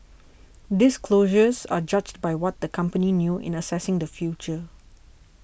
disclosures are judged by what the company knew in assessing the future